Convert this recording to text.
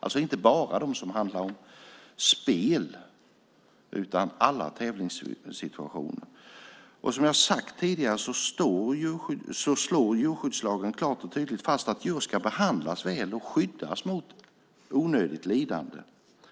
alltså inte i bara de som handlar om spel utan i alla tävlingssituationer. Som jag sagt tidigare slår djurskyddslagen klart och tydligt fast att djur ska behandlas väl och skyddas mot onödigt lidande.